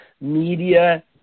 media